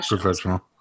Professional